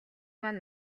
маань